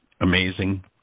amazing